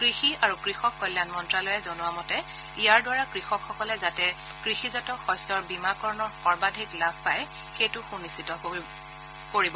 কৃষি আৰু কৃষক কল্যাণ মন্ত্ৰালয়ে জনোৱা মতে ইয়াৰ দ্বাৰা কৃষকসকলে যাতে কৃষিজাত শস্যৰ বীমাকৰণৰ সৰ্বাধিক লাভ পায় সেইটো সুনিশ্চিত কৰা হব